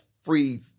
free